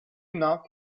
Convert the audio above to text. enough